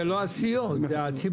זה לא הסיעות, זה הציבור.